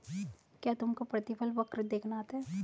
क्या तुमको प्रतिफल वक्र देखना आता है?